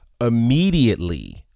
immediately